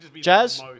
Jazz